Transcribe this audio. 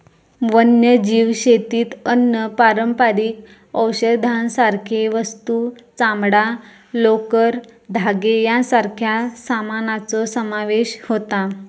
वन्यजीव शेतीत अन्न, पारंपारिक औषधांसारखे वस्तू, चामडां, लोकर, धागे यांच्यासारख्या सामानाचो समावेश होता